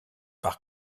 par